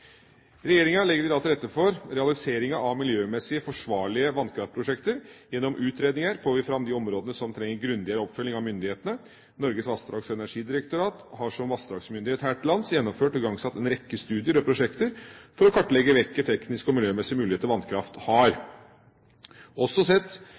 Regjeringa legger i dag til rette for realiseringen av miljømessig forsvarlige vannkraftprosjekter. Gjennom utredninger får vi fram de områdene som trenger grundigere oppfølging av myndighetene. Norges vassdrags- og energidirektorat har som vassdragsmyndighet her til lands, gjennomført og igangsatt en rekke studier og prosjekter for å kartlegge hvilke tekniske og miljømessige muligheter vannkraft har, også sett